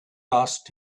asked